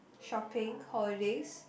shopping holidays